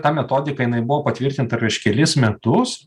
ta metodika jinai buvo patvirtinta prieš kelis metus